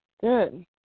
Good